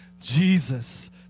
Jesus